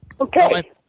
Okay